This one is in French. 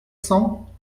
cents